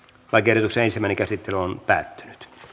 lakiehdotuksen ensimmäinen käsittely päättyi